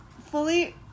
fully